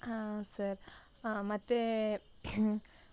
ಹಾಂ ಸರ್ ಮತ್ತೆ